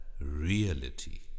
reality